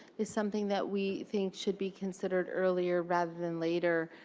is something that we think should be considered earlier, rather than later,